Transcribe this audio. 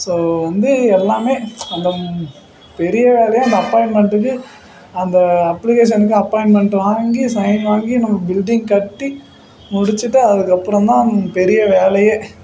so வந்து எல்லாமே அந்த பெரிய வேலையே அந்த அப்பாயின்மெண்ட்டுக்கு அந்த அப்ளிகேஷனுக்கு அப்பாயின்மெண்ட் வாங்கி சைன் வாங்கி நம்ம பில்டிங் கட்டி முடிச்சிட்டு அதுக்கப்புறந்தான் பெரிய வேலையே